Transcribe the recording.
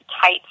tight